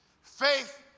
Faith